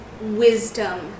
wisdom